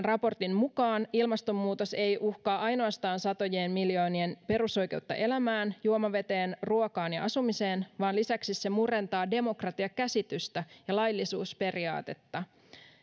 raportin mukaan ilmastonmuutos ei uhkaa ainoastaan satojen miljoonien perusoikeutta elämään juomaveteen ruokaan ja asumiseen vaan lisäksi se murentaa demokratiakäsitystä ja laillisuusperiaatetta